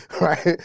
right